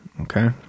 Okay